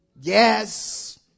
Yes